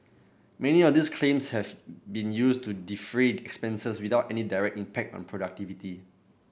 many of these claims have been used to defray expenses without any direct impact on productivity